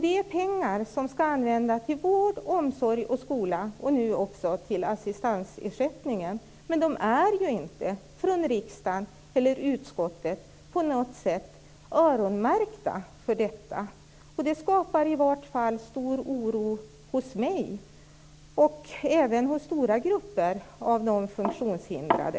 Det är pengar som skall användas till vård, omsorg och skola och nu också till assistansersättning, men de är inte av utskottet på något sätt öronmärkta för detta. Det skapar stor oro i varje fall hos mig och även hos stora grupper av de funktionshindrade.